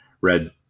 red